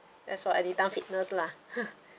that's why I didn't done fitness lah